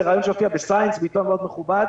זה רעיון שהופיע ב-Science שהוא עיתון מכובד מאוד